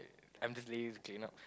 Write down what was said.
I'm just lazy to clean up